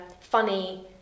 funny